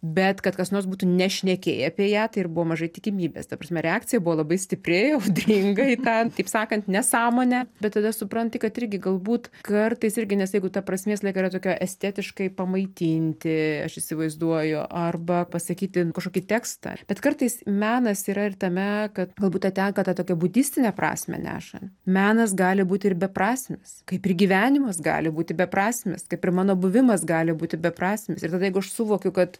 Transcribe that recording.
bet kad kas nors būtų nešnekėję apie ją tai ir buvo mažai tikimybės ta prasme reakcija buvo labai stipri audringa į tą kaip sakant nesąmonę bet tada supranti kad irgi galbūt kartais irgi nes jeigu ta prasmė visą laiką yra tokia estetiškai pamaitinti aš įsivaizduoju arba pasakyti kažkokį tekstą bet kartais menas yra ir tame kad galbūt ten tą tokią budistinę prasmę neša menas gali būti ir beprasmis kaip ir gyvenimas gali būti beprasmis kaip ir mano buvimas gali būti beprasmis ir tada jeigu aš suvokiu kad